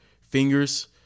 fingers